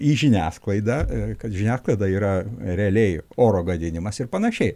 į žiniasklaidą kad žiniasklaida yra realiai oro gadinimas ir panašiai